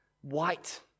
white